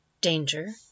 danger